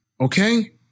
okay